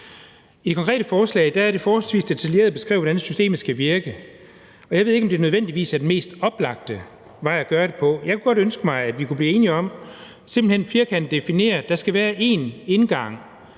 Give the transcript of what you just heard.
I det konkrete forslag er det forholdsvis detaljeret beskrevet, hvordan systemet skal virke, og jeg ved ikke, om det nødvendigvis er den mest oplagte måde at gøre det på. Jeg kunne godt ønske mig, at vi kunne blive enige om simpelt hen at sige helt firkantet, at der skal være én indgang